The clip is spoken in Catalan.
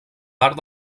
part